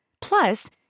Plus